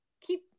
keep